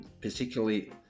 particularly